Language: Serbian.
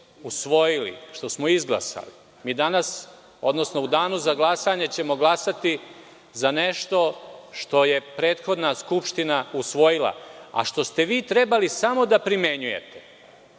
usvojili, što smo izglasali. Mi ćemo u Danu za glasanje glasati za nešto što je prethodna Skupština usvojila, a što ste vi trebali samo da primenjujete. Vi